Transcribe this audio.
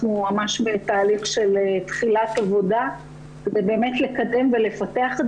אנחנו ממש בתהליך של תחילת עבודה וזה באמת לקדם ולפתח את